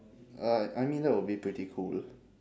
uh I mean that would be pretty cool